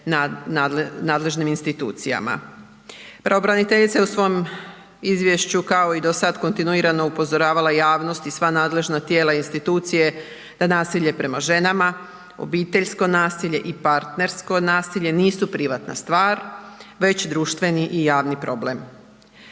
nadležnim institucijama. Pravobraniteljica je u svom izvješću kao i do sad kontinuirano upozoravala javnost i sva nadležna tijela i institucije da nasilje prema ženama, obiteljsko nasilje i partnersko nasilje nisu privatna stvar već društveni i javni problem.